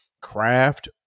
craft